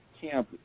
Camp